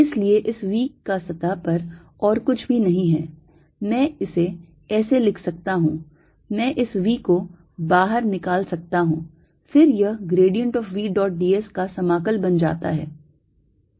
इसलिए इस v का सतह पर और कुछ भी नहीं है मैं इसे ऐसे लिख सकता हूं मैं इस V को बाहर निकाल सकता हूं फिर यह grad of V dot d s का समाकल बन जाता है